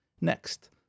Next